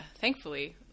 Thankfully